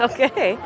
Okay